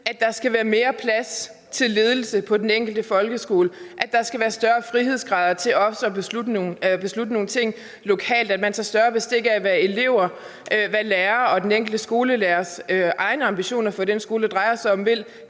at der skal være mere plads til ledelse på den enkelte folkeskole; at der skal være større frihedsgrader til at beslutte nogle ting lokalt; at man tager mere bestik af, hvad elever og lærere vil, og af den enkelte skolelærers egne ambitioner for den skole, det drejer sig om.